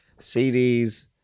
CDs